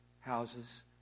houses